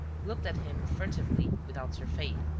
looked at him furtively without surfeit.